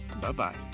bye-bye